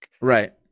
Right